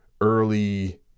Early